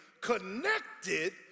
connected